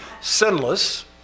sinless